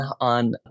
on